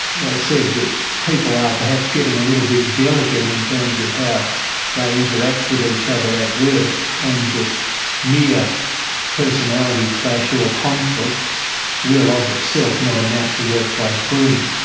they said that people are perhaps getting a little bit delicate in terms of how they interact with each other at work, and that mere personality clash or conflict will of itself not amount to workplace bullying.